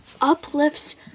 uplifts